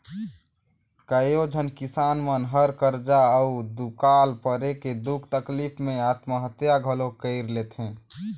कयोझन किसान मन हर करजा अउ दुकाल परे के दुख तकलीप मे आत्महत्या घलो कइर लेथे